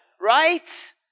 right